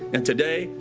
and today,